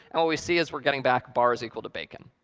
and what we see is we're getting back bar is equal to bacon.